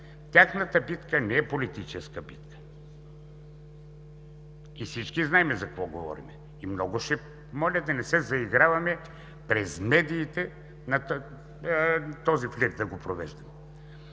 Тяхната битка не е политическа битка, всички знаем за какво говорим и много моля да не се заиграваме през медиите, този флирт да го провеждаме.